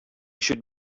should